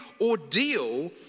ordeal